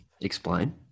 Explain